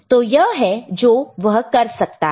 तो यह है जो वह कर सकता है